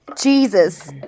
Jesus